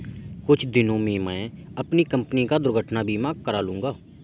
कुछ दिनों में मैं अपनी कंपनी का दुर्घटना बीमा करा लूंगा